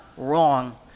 wrong